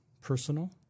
personal